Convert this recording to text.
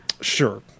sure